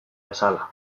bezala